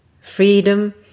freedom